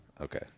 Okay